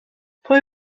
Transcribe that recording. pwy